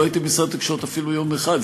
לא הייתי במשרד התקשורת אפילו יום אחד.